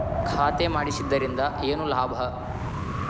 ಖಾತೆ ಮಾಡಿಸಿದ್ದರಿಂದ ಏನು ಲಾಭ?